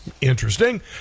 Interesting